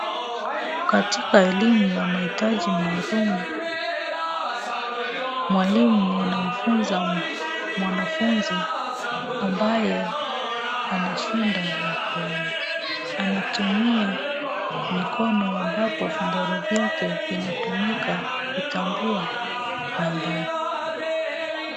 Katika elimu ya mahitaji maalum, mwalimu anamfunza mwanafunzi ambaye ana shida ya kuona. Anatumia mikono ambapo vidole vyake vinatumika kutambua nambari.